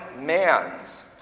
man's